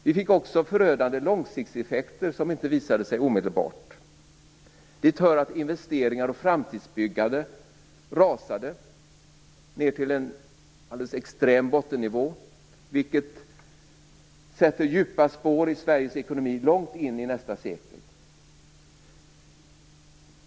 Vi fick också förödande långsiktseffekter som inte visade sig omedelbart. Dit hör att investeringar och framtidsbyggande rasade ned till en alldeles extrem bottennivå, vilket sätter djupa spår i Sveriges ekonomi långt in i nästa sekel.